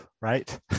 right